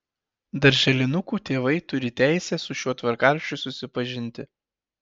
darželinukų tėvai turi teisę su šiuo tvarkaraščiu susipažinti